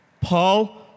paul